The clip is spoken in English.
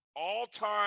All-time